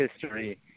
history